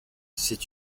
c’est